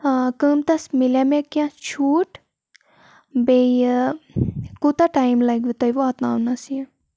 قۭمتَس مِلیٛا مےٚ کیٚنٛہہ چھوٗٹ بیٚیہِ کوٗتاہ ٹایِم لَگوٕ تۄہہِ واتناونَس یہِ